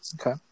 Okay